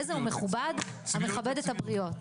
איזה הוא מכובד המכבד את הבריות.